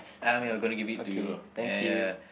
I mean I'm gonna give it to you ya ya